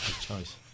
Choice